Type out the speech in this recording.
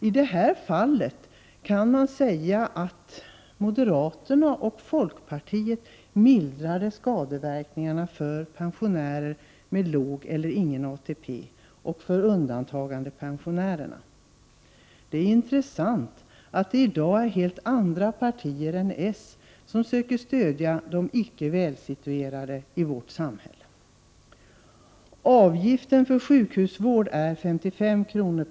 I detta fall kan man säga att moderaterna och folkpartiet mildrade skadeverkningarna för pensionärer med låg eller ingen ATP och för undantagandepensionärerna. Det är intressant att det i dag är helt andra partier än socialdemokraterna som söker stödja de icke välsituerade i vårt samhälle. Avgiften för sjukhusvård är 55 kr.